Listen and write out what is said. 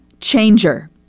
changer